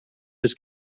his